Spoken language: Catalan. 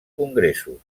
congressos